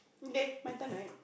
okay my turn right